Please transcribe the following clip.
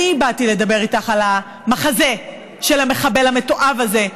אני באתי לדבר איתך על המחזה של המחבל המתועב הזה,